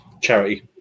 charity